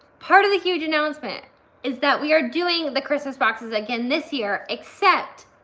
part of the huge announcement is that we are doing the christmas boxes again this year except,